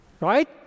Right